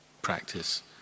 practice